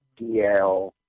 DL